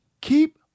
keep